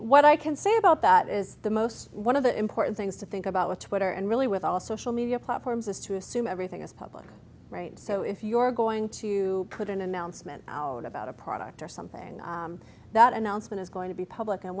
what i can say about that is the most one of the important things to think about with twitter and really with also szell media platforms is to assume everything is public right so if you're going to put an announcement out about a product or something that announcement is going to be public and